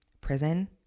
Prison